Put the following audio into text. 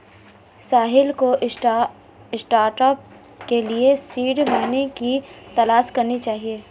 साहिल को स्टार्टअप के लिए सीड मनी की तलाश करनी चाहिए